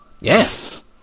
Yes